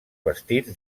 vestits